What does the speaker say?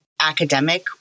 academic